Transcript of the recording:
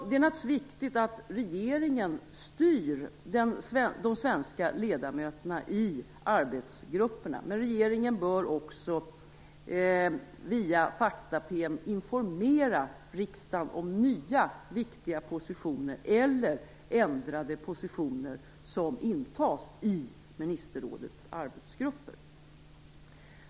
Det är naturligtvis viktigt att regeringen styr de svenska ledamöterna i arbetsgrupperna, men regeringen bör också via fakta PM informera riksdagen om nya viktiga positioner eller ändrade positioner som intas i ministerrådets arbetsgrupper.